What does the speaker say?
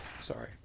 sorry